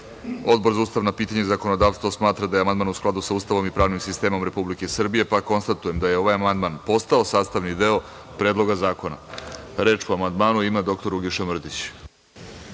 Odbor za ustavna pitanja i zakonodavstvo smatra da je amandman u skladu sa Ustavom i pravnim sistemom Republike Srbije, pa konstatujem da je ovaj amandman postao sastavni deo Predloga zakona. Reč ima narodni poslanik